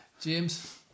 James